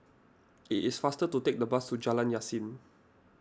it is faster to take the bus to Jalan Yasin